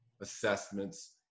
Assessments